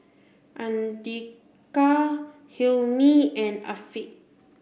Andika Hilmi and Afiq